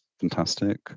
fantastic